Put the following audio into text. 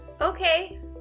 Okay